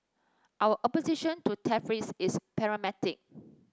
our opposition to tariffs is pragmatic